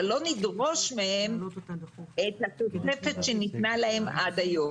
אבל לא נדרוש מהם את התוספת שניתנה להם עד היום.